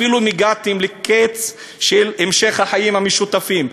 אפילו אם הגעתם לקץ של המשך החיים המשותפים,